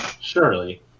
Surely